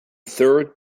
third